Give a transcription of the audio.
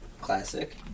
Classic